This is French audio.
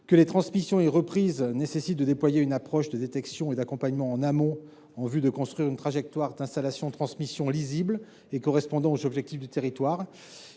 et les reprises d’exploitations nécessitent de déployer une approche de détection et d’accompagnement en amont, en vue de construire des trajectoires d’installation et de transmission lisibles et correspondant aux objectifs du territoire.